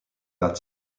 that